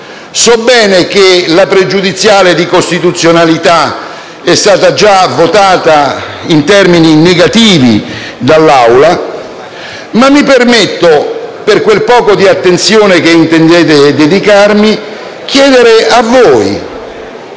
So bene che la pregiudiziale di costituzionalità è stata già respinta dall'Aula, ma mi permetto, per quel poco di attenzione che intendete dedicarmi, di chiedere a voi